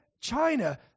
China